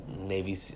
Navy